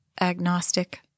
agnostic